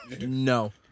No